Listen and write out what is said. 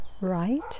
Right